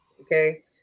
Okay